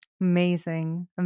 amazing